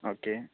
okay